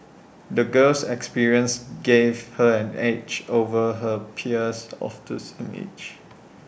the girl's experiences gave her an edge over her peers of the same age